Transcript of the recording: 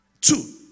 Two